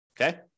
Okay